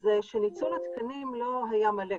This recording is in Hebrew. זה שניצול התקנים לא היה מלא.